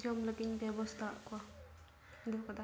ᱡᱚᱢ ᱞᱟᱹᱜᱤᱫ ᱵᱮᱵᱚᱥᱛᱷᱟ ᱟᱫ ᱠᱚᱣᱟ ᱫᱚ